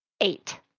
Eight